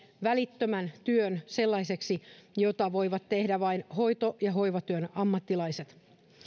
välittömän työn sellaiseksi jota voivat tehdä vain hoito ja hoivatyön ammattilaiset